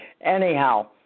Anyhow